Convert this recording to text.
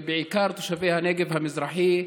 ובעיקר תושבי הנגב המזרחי,